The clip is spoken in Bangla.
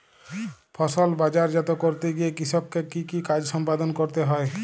ফসল বাজারজাত করতে গিয়ে কৃষককে কি কি কাজ সম্পাদন করতে হয়?